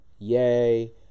Yay